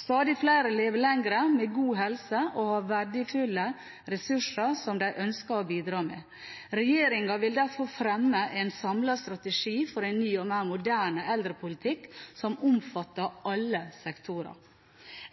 Stadig flere lever lenger med god helse og har verdifulle ressurser som de ønsker å bidra med. Regjeringen vil derfor fremme en samlet strategi for en ny og mer moderne eldrepolitikk som omfatter alle sektorer.